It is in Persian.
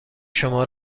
شما